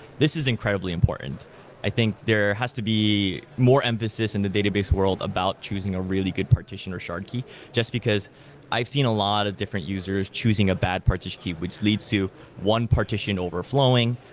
this is incredibly important i think there has to be more emphasis in the database world about choosing a really good partition or shard key just because i've seen a lot of different users choosing a bad partition key which leads to one partition overflowing.